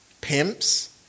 pimps